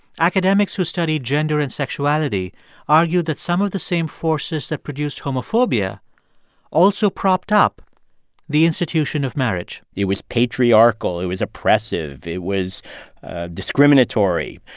academics who studied gender and sexuality argued that some of the same forces that produced homophobia also propped up the institution of marriage it was patriarchal. it was oppressive. it was discriminatory.